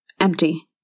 Empty